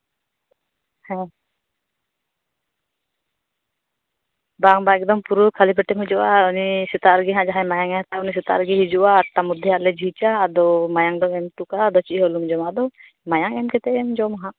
ᱵᱟᱝ ᱵᱟᱝ ᱮᱠᱫᱚᱢ ᱯᱩᱨᱟᱹ ᱠᱷᱟᱹᱞᱤ ᱯᱮᱴᱮᱢ ᱦᱤᱡᱩᱜᱼᱟ ᱥᱮᱛᱟᱜ ᱨᱮᱜᱮ ᱦᱟᱸᱜ ᱩᱱᱤ ᱡᱟᱸᱦᱟᱭ ᱢᱟᱭᱟᱢᱮᱭ ᱦᱟᱛᱟᱣᱟ ᱩᱱᱤᱭ ᱦᱤᱡᱩᱜᱼᱟ ᱟᱴ ᱴᱟ ᱢᱚᱫᱽᱫᱷᱮ ᱡᱷᱤᱡᱟ ᱢᱟᱭᱟᱢᱮᱢ ᱮᱢ ᱦᱚᱴᱚ ᱠᱟᱜᱼᱟ ᱟᱫᱚ ᱪᱮᱫ ᱦᱚᱸ ᱟᱞᱚᱢ ᱡᱚᱢᱟ ᱟᱫᱚ ᱢᱟᱭᱟᱢ ᱮᱢ ᱠᱟᱛᱮᱢ ᱡᱚᱢᱟ ᱦᱟᱸᱜ